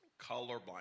Colorblind